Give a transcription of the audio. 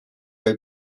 bei